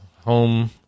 home